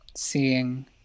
seeing